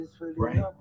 right